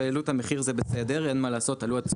הם העלו את המחיר,